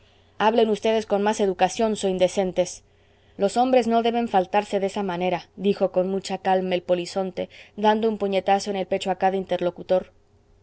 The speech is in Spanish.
hablen vds con más educación so indecentes los hombres no deben faltarse de esa manera dijo con mucha calma el polizonte dando un puñetazo en el pecho a cada interlocutor